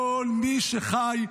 כל מי שחי,